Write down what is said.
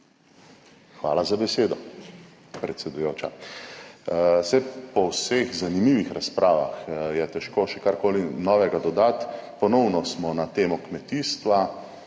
Hvala za besedo, predsedujoča. Saj po vseh zanimivih razpravah je težko še karkoli novega dodati. Ponovno smo na temo kmetijstva